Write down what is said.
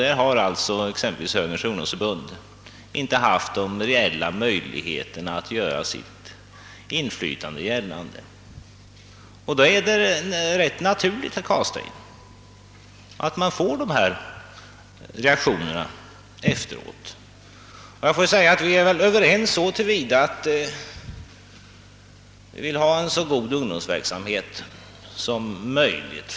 Där har sålunda inte Högerns ungdomsförbund haft några reella möjligheter att göra sitt inflytande gällande, och då är det, herr Carlstein, rätt naturligt att man efteråt reagerar. Vi är väl så till vida överens om att vi vill ha en så god ungdomsverksamhet som möjligt.